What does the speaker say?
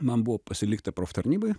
man buvo pasilikta prof tarnyboj